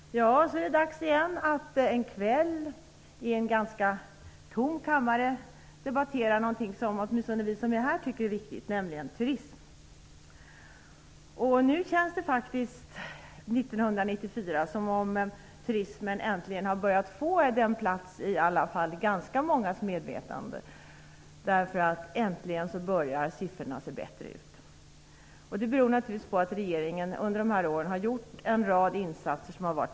Herr talman! Så är det dags igen att en kväll i en ganska tom kammare debattera något som åtminstone vi som är här tycker är viktigt, nämligen turism. Nu år 1994 känns det faktiskt som om turismen äntligen har börjat få en plats i ganska mångas medvetande. Äntligen börjar siffrorna att se bättre ut. Det beror naturligtvis på att regeringen under de här åren har gjort en rad insatser som varit viktiga.